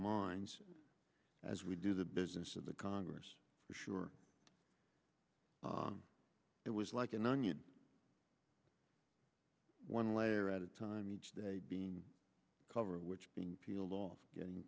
minds as we do the business of the congress sure it was like an onion one layer at a time each day being covered which being peeled off getting